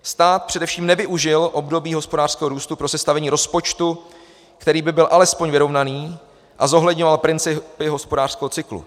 Stát především nevyužil období hospodářského růstu pro sestavení rozpočtu, který by byl alespoň vyrovnaný a zohledňoval principy hospodářského cyklu.